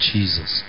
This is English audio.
Jesus